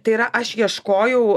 tai yra aš ieškojau